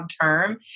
term